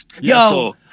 Yo